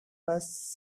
was